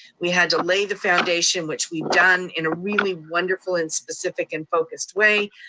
we had to lay the foundation, which we've done in a really wonderful and specific and focused way.